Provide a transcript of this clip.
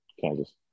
Kansas